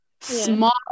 small